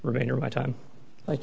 remainder of my time like